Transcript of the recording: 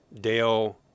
Dale